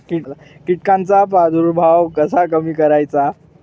कीटकांचा प्रादुर्भाव कसा कमी करायचा?